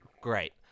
great